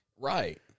Right